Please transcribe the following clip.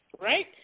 right